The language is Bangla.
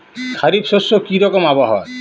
খরিফ শস্যে কি রকম আবহাওয়ার?